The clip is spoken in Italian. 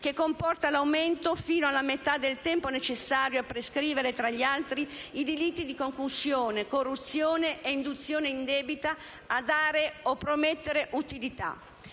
che comporta l'aumento fino alla metà del tempo necessario a prescrivere, tra gli altri, i delitti di concussione, corruzione e induzione indebita a dare o promettere utilità.